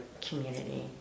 community